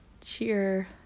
cheer